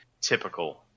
typical